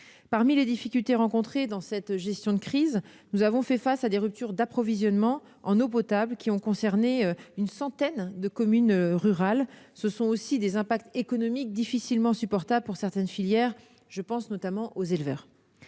Parmi les difficultés rencontrées au cours de cette gestion de crise, nous avons dû faire face à des ruptures d'approvisionnement en eau potable qui ont concerné une centaine de communes rurales. Les impacts économiques ont été difficilement supportables pour certaines filières, notamment l'élevage.